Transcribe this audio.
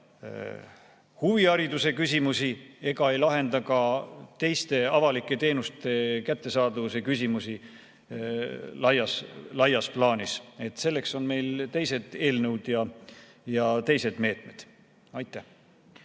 huvihariduse küsimusi ega ei lahenda ka teiste avalike teenuste kättesaadavuse küsimusi laias plaanis. Selleks on meil teised eelnõud ja teised meetmed. Aitäh!